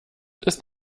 ist